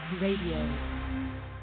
Radio